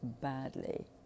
badly